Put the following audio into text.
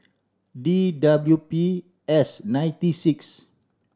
D W P S ninety six